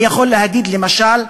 אני יכול להגיד, למשל,